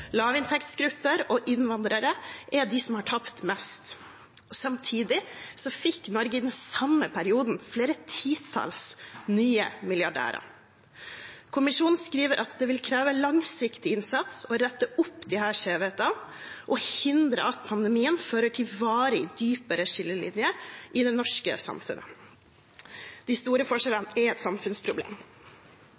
Lavinntektsgrupper og innvandrere er de som har tapt mest. Samtidig fikk Norge i den samme perioden flere titalls nye milliardærer. Kommisjonen skriver: «Det vil kreve langsiktig innsats å rette opp disse skjevhetene, og hindre at pandemien fører til varig dypere skillelinjer i det norske samfunnet.» De store forskjellene